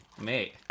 mate